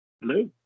Hello